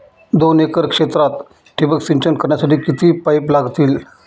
दोन एकर क्षेत्रात ठिबक सिंचन करण्यासाठी किती पाईप लागतील?